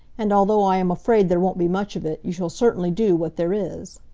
and although i am afraid there won't be much of it, you shall certainly do what there is.